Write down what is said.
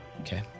Okay